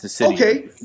Okay